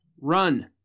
run